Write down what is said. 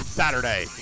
saturday